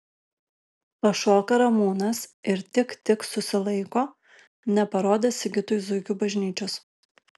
pašoka ramūnas ir tik tik susilaiko neparodęs sigitui zuikių bažnyčios